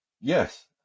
Yes